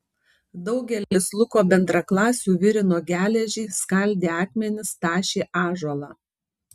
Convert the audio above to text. daugelis luko bendraklasių virino geležį skaldė akmenis tašė ąžuolą